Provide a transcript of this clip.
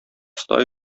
оста